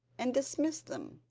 and dismissed them.